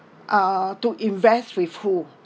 ah to invest with who